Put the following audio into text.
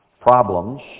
problems